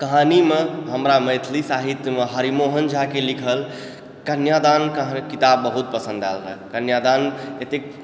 कहानीमे हमरा मैथिली साहित्यमे हरिमोहन झाकेँ लिखल कन्यादान किताब बहुत पसन्द आयल रहै कन्यादान एतेक